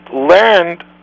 learned